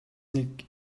нэг